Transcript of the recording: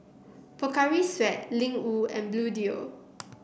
Pocari Sweat Ling Wu and Bluedio